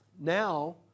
Now